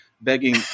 begging